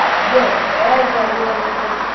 yes, as everyone knows,